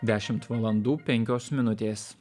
dešimt valandų penkios minutės